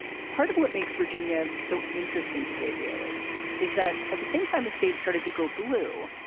part of what makes virginia so interesting to dave daley is that at the same time the state started to go blue.